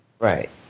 Right